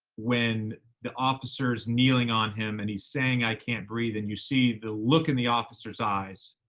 when the officer's kneeling on him, and he's saying, i can't breathe. and you see the look in the officer's eyes.